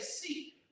see